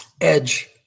Edge